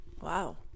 Wow